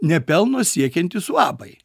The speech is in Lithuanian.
ne pelno siekiantys uabai